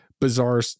bizarre